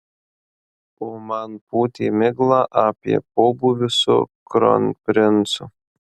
o man pūtė miglą apie pobūvius su kronprincu